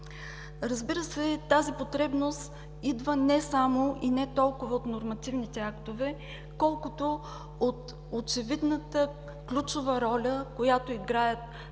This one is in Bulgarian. Разбира се, тази потребност идва не само и не толкова от нормативните актове, колкото от очевидната ключова роля, която играят